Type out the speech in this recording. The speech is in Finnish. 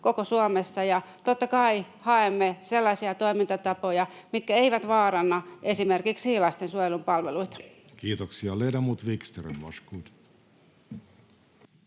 koko Suomessa. Totta kai haemme sellaisia toimintatapoja, mitkä eivät vaaranna esimerkiksi lastensuojelun palveluita. [Speech